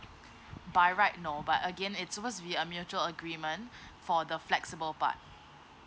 by right no but again it's suppose to be a mutual agreement for the flexible part